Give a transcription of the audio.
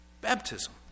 Baptism